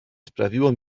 sprawiło